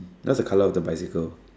what's the colour of the bicycle